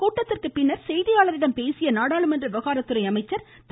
கூட்டத்திற்கு பின் செய்தியாளர்களிடம் பேசிய நாடாளுமன்ற விவகாரத்துறை அமைச்சர் திரு